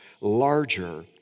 larger